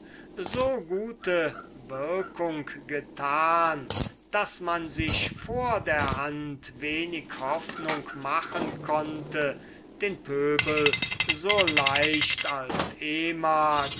so gute wirkung getan daß man sich vor der hand wenig hoffnung machen konnte den pöbel so leicht als ehmals